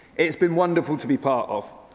it has been wonderful to be part of.